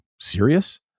serious